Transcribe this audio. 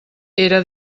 era